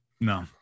no